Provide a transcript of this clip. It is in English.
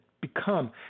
become